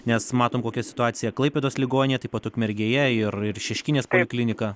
nes matom kokia situacija klaipėdos ligoninė taip pat ukmergėje ir ir šeškinės poliklinika